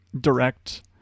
direct